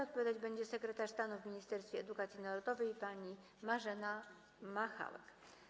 Odpowiadać będzie sekretarz stanu w Ministerstwie Edukacji Narodowej Marzena Machałek.